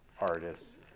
artists